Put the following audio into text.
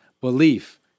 belief